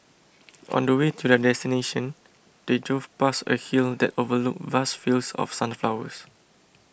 on the way to their destination they drove past a hill that overlooked vast fields of sunflowers